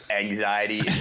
anxiety